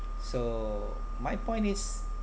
so my point is